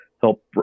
help